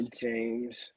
James